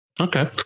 Okay